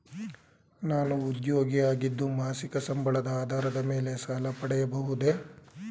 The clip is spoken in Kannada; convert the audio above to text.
ನಾನು ಉದ್ಯೋಗಿ ಆಗಿದ್ದು ಮಾಸಿಕ ಸಂಬಳದ ಆಧಾರದ ಮೇಲೆ ಸಾಲ ಪಡೆಯಬಹುದೇ?